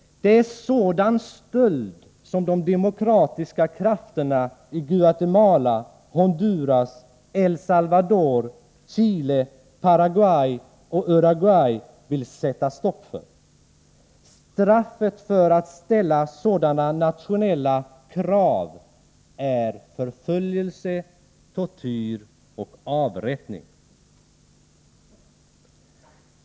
Det är sådan stöld som de demokratiska krafterna i Guatemala, Honduras, El Salvador, Chile, Paraguay och Uruguay vill sätta stopp för. Straffet för att ställa sådana nationella krav är förföljelse, tortyr och avrättning.